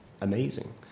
amazing